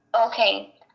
Okay